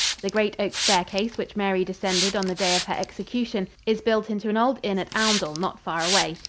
the great oak staircase which mary descended on the day of her execution, is built into an old inn at oundle, not far away.